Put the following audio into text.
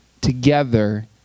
together